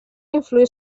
influir